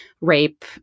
rape